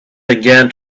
began